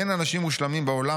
'אין אנשים מושלמים בעולם,